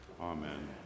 Amen